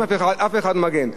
אף אחד לא מגן.